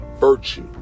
virtue